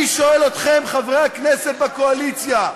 אני שואל אתכם, חברי הכנסת בקואליציה: